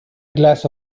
glass